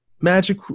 magic